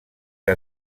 que